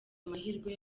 amahirwe